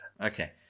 Okay